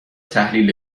تحلیل